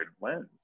lens